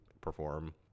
perform